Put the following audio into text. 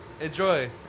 enjoy